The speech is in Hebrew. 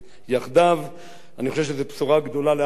אני חושב שזו בשורה גדולה לעם ישראל,